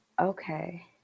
Okay